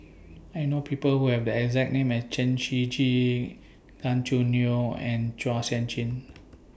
I know People Who Have The exact name as Chen Shiji Gan Choo Neo and Chua Sian Chin